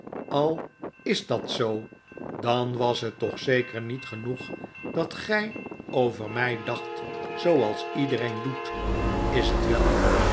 al is dat zoo dan was het toch zeker niet genoeg dat gij over my dacht zooals iedereen doet is het wel